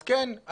אז כן,